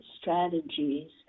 strategies